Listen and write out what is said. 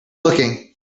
looking